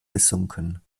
gesunken